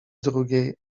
drugiej